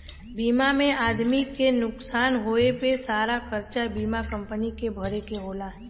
बीमा में आदमी के नुकसान होए पे सारा खरचा बीमा कम्पनी के भरे के होला